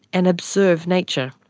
and observe, nature.